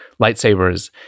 lightsabers